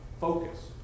focus